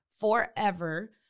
forever